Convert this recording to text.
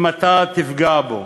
אם אתה תפגע בו.